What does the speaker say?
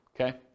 Okay